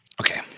Okay